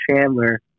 Chandler